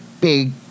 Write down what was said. big